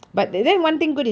ya next year